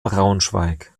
braunschweig